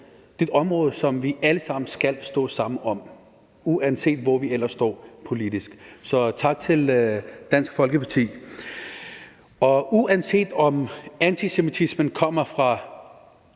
her er et område, som vi alle sammen skal stå sammen om, uanset hvor vi ellers står politisk. Så tak til Dansk Folkeparti. Uanset om antisemitismen kommer fra